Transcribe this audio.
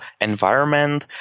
environment